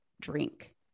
drink